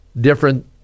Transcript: different